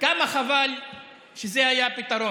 כמה חבל שזה היה הפתרון.